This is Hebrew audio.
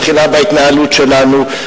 מתחילה בהתנהלות שלנו,